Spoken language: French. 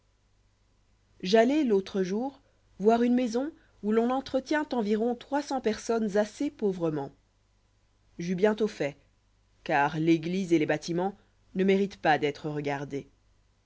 allai l'autre jour voir une maison où l'on entretient environ trois cents personnes assez pauvrement j'eus bientôt fait car l'église et les bâtiments ne méritent pas d'être regardés